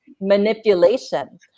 manipulation